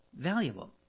valuable